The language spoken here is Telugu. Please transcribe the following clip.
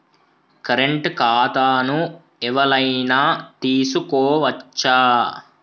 కరెంట్ ఖాతాను ఎవలైనా తీసుకోవచ్చా?